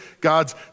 God's